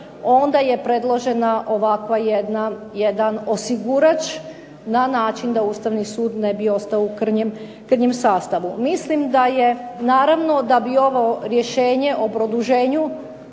Onda je predložena ovakav jedan osigurač na način da Ustavni sud ne bi ostao u krnjem sastavu. Mislim da je naravno da bi ovo rješenje o produženju